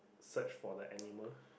search for the animal